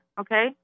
okay